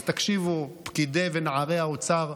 אז תקשיבו, פקידי ונערי האוצר,